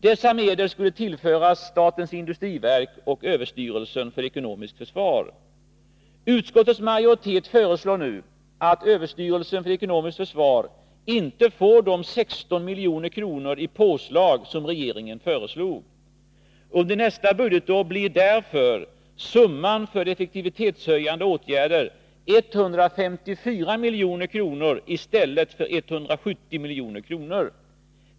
Dessa medel skulle tillföras statens industriverk och överstyrelsen för ekonomiskt försvar. Utskottets majoritet föreslår nu att överstyrelsen för ekonomiskt försvar inte skall få de 16 milj.kr. i påslag som regeringen föreslog. Under nästa budgetår blir därför det totala anslaget för effektivitetshöjande åtgärder 154 milj.kr. i stället för 170 milj.kr.